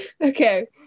okay